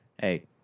Hey